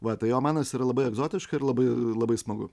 va tai omanas yra labai egzotiška ir labai labai smagu